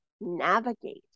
navigate